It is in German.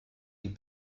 die